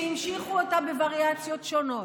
שהמשיכו אותה בווריאציות שונות,